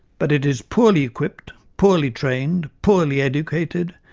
but it is poorly equipped, poorly trained, poorly educated,